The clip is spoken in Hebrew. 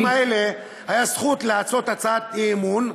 אם לעניים האלה הייתה זכות לעשות הצעת אי-אמון,